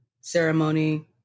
ceremony